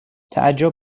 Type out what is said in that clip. تعجب